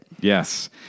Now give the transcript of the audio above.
Yes